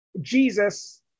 Jesus